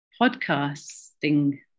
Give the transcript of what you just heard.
podcasting